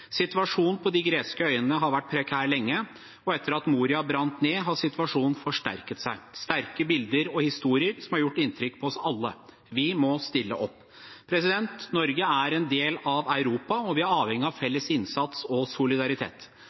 Situasjonen på de greske øyene har vært prekær lenge, og etter at Moria brant ned, har situasjonen forsterket seg – sterke bilder og historier som har gjort inntrykk på oss alle. Vi må stille opp. Norge er en del av Europa, og vi er avhengig av felles innsats og solidaritet.